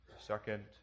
Second